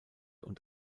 und